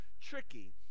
tricky